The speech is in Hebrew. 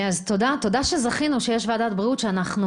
תודה שזכינו שיש ועדת בריאות שאנחנו